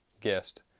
guest